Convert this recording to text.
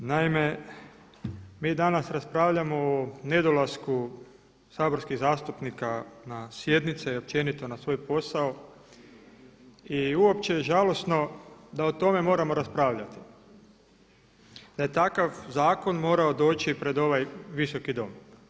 Naime, mi danas raspravljamo o nedolasku saborskih zastupnika na sjednice i općenito na svoj posao i uopće žalosno da o tome moramo raspravljati, da je takav zakon morao doći pred ovaj Visoki dom.